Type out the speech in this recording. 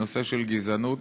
לנושא של גזענות.